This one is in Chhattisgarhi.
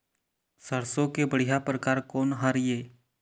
सरसों के बढ़िया परकार कोन हर ये?